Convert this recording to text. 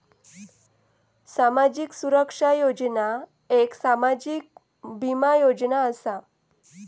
सामाजिक सुरक्षा योजना एक सामाजिक बीमा योजना असा